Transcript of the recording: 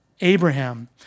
Abraham